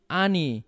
ani